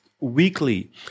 weekly